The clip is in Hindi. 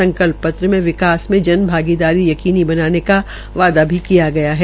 संकल्प पत्र में विकास मे जन भागीदारी यकीनी बनाने का वायदा भी किया गया है